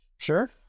Sure